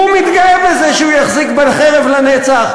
והוא מתגאה בזה שהוא יחזיק בחרב לנצח.